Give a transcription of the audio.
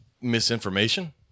Misinformation